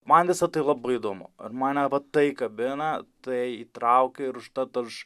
man visa tai labai įdomu ir mane va tai kabina tai įtraukia ir užtat aš